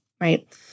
right